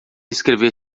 escrever